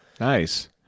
Nice